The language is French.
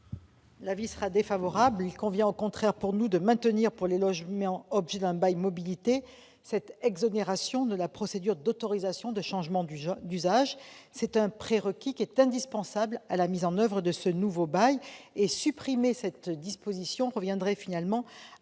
l'avis de la commission ? Il convient, au contraire, de maintenir pour les logements objets d'un bail mobilité cette exonération de la procédure d'autorisation de changement d'usage. C'est un prérequis indispensable à la mise en oeuvre de ce nouveau bail. Supprimer cette disposition reviendrait à priver de tout